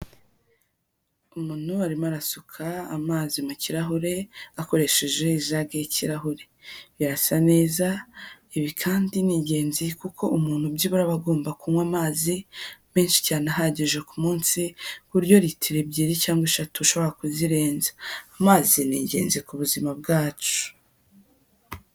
Umuntu arimo arasuka amazi mu kirahure akoresheje ijage y'ikirahure, birasa neza, ibi kandi ni ingenzi kuko umuntu byibura aba agomba kunywa amazi menshi cyane ahagije ku munsi, ku buryo litiro ebyiri cyangwa eshatu ushobora kuzirenza, amazi ni ingenzi ku buzima bwacu.